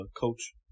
coach